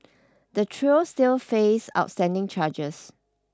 the trio still face outstanding charges